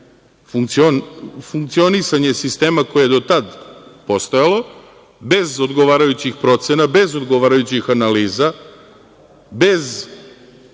funkcionisanje sistema koje je do tad postojalo, bez odgovarajućih procena, bez odgovarajućih analiza, bez